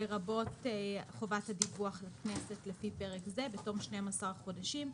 לרבות חובת הדיווח לכנסת לפי פרק זה בתום 12 חודשים,